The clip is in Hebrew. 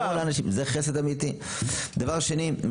תתנו לאנשים --- אבל זה לא חרפה?